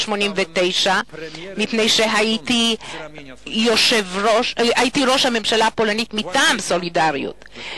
1989. מכיוון שהייתי ראש הממשלה הפולנית מטעם "סולידריות",